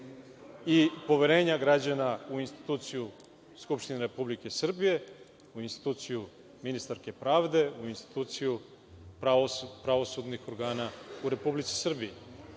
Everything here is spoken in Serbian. poverenja građana u instituciju Skupštine Republike Srbije, u instituciju ministarke pravde, u instituciju pravosudnih organa u Republici Srbiji.